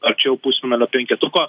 arčiau pusfinalio penketuko